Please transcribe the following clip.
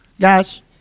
Guys